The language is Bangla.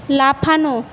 লাফানো